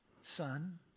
Son